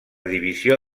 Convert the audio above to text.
divisió